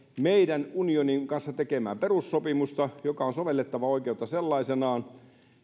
meidän unionin kanssa tekemäämme perussopimusta joka on sovellettavaa oikeutta sellaisenaan